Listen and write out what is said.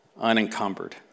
unencumbered